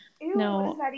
no